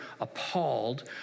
appalled